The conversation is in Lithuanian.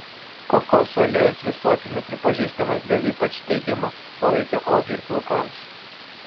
kokosų aliejus visuotinai pripažįstamas dėl ypač teigiamo poveikio odai ir plaukams